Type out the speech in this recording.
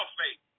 faith